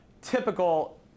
typical